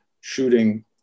shooting